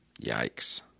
Yikes